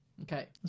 Okay